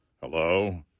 Hello